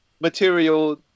material